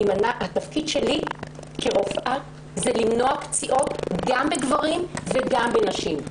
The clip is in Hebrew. התפקיד שלי כרופאה הוא למנוע פציעות גם בגברים וגם בנשים.